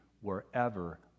wherever